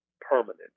permanent